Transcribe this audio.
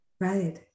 Right